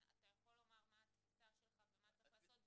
אתה יכול לומר מה התפיסה שלך ומה צריך לעשות,